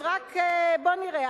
אז בואו נראה.